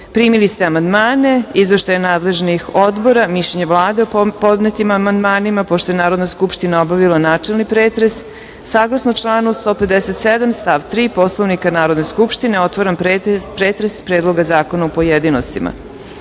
ste izveštaje nadležnih odbora i mišljenje Vlade o podnetim amandmanima. Pošto je Narodna skupština obavila načelni pretres, saglasno članu 157. stav 3. Poslovnika Narodne skupštine, otvaram pretres Predloga zakona u pojedinostima. Na